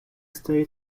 state